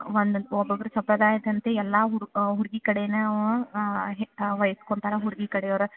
ಒಂದನ್ನು ಒಬ್ಬೊಬ್ರ ಸಂಪ್ರದಾಯದಂತೆ ಎಲ್ಲ ಹುಡ್ ಹುಡುಗಿ ಕಡೇನವು ವೈಯಿಸ್ಕೊಂತರ ಹುಡುಗಿ ಕಡೆಯವ್ರು